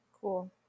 Cool